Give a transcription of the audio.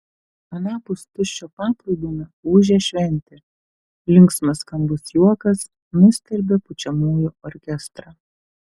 anapus tuščio paplūdimio ūžė šventė linksmas skambus juokas nustelbė pučiamųjų orkestrą